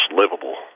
livable